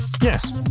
Yes